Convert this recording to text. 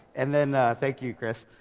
and then. thank you, chris.